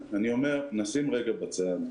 אני אגיב ממש בקצרה.